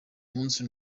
munsi